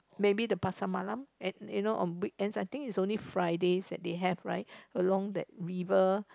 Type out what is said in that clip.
maybe the Pasar Malam at you know on weekends I think is only Friday they have right along the river